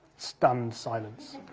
stunned silence.